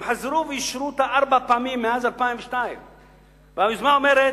הם חזרו ואישרו אותה ארבע פעמים מאז 2002. והיוזמה אומרת: